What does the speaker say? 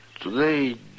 Today